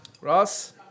Ross